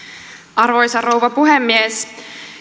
arvoisa rouva puhemies